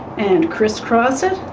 and crisscross it